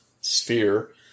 sphere